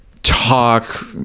talk